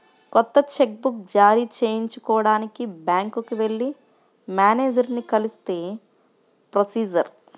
కొత్త cheque book జారీ చేయించుకోడానికి బ్యాంకుకి వెళ్లి మేనేజరుని కలిస్తే ప్రొసీజర్